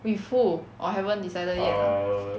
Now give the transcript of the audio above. with who or haven't decided yet ah